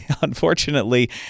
unfortunately